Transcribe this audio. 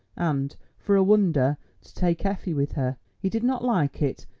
and, for a wonder, to take effie with her. he did not like it,